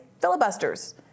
filibusters